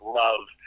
love